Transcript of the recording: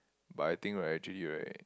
but I think right actually right